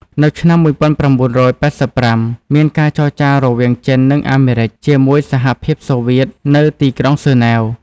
នៅឆ្នាំ១៩៨៥ មានការចរចារវាង ចិន និងអាមេរិច ជាមួយ សហភាពសូវៀត នៅទីក្រុងហ្សឺណែវ ។